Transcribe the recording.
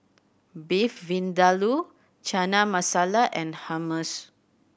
Beef Vindaloo Chana Masala and Hummus